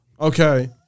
okay